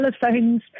telephones